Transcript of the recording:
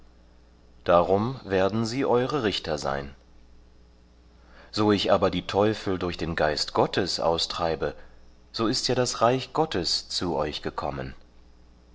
darum werden sie eure richter sein so ich aber die teufel durch den geist gottes austreibe so ist ja das reich gottes zu euch gekommen